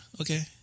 okay